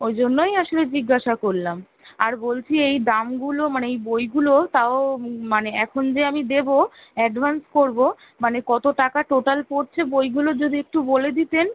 ওই জন্যই আসলে জিজ্ঞাসা করলাম আর বলছি এই দামগুলো মানে এই বইগুলো তাও মানে এখন যে আমি দেবো অ্যাডভান্স করবো মানে কত টাকা টোটাল পড়ছে বইগুলো যদি একটু বলে দিতেন